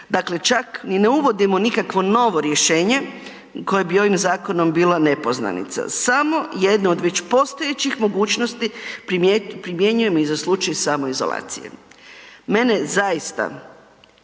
Dakle, čak ni ne uvodimo nikakvo novo rješenje koje bi ovim zakonom bila nepoznanica, samo jedno od već postojećih mogućnosti primjenjujemo i za slučaj samoizolacije. Mene zaista